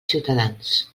ciutadans